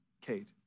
Kate